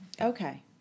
Okay